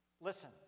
listen